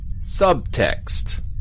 Subtext